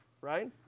right